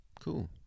Cool